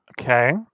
Okay